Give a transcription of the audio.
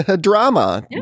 drama